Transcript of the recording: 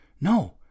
No